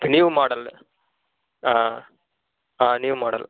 new model ah ah new model